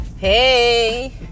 Hey